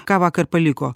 ką vakar paliko